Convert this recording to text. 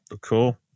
Cool